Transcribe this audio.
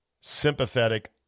sympathetic